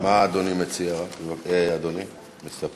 מה אדוני מציע, מסתפק?